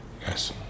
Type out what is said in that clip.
Yes